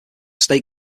state